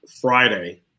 Friday